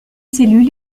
cellules